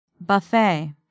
buffet